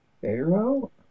Pharaoh